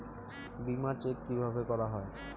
বিমা চেক কিভাবে করা হয়?